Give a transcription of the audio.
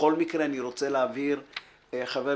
בכל מקרה אני רוצה להבהיר, חברים,